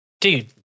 Dude